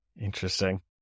Interesting